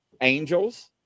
angels